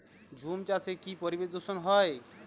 ঝুম চাষে কি পরিবেশ দূষন হয়?